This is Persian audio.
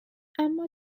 اما